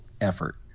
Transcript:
effort